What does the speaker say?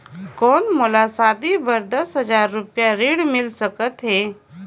कौन मोला शादी बर दस हजार रुपिया ऋण मिल सकत है?